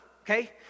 okay